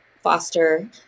foster